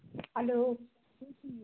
hello